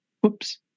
Whoops